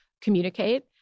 communicate